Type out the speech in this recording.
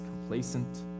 complacent